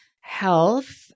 health